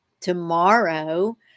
tomorrow